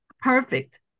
perfect